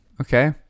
Okay